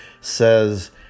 says